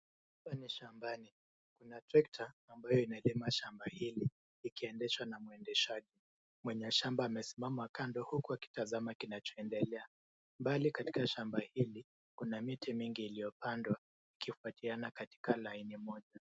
Hapa ni shambani. Kuna trekta ambayo inalima shamba hili likiendeshwa na mwendeshaji. Mwenyeshamba amesimama kando huku akitazama kinachoendelea. Mbali katika shamba hili kuna miti mingi iliyopandwa ikipatikana katika laini moja.